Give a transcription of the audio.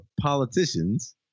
politicians